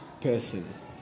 person